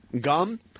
Gum